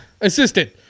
assistant